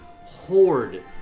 horde